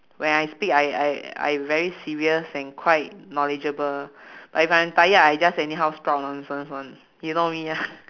when I speak I I I very serious and quite knowledgeable but if I'm tired I just anyhow sprout nonsense [one] you know me ah